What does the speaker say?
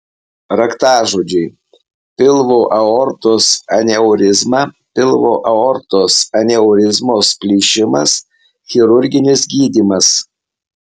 raktažodžiai pilvo aortos aneurizma pilvo aortos aneurizmos plyšimas chirurginis gydymas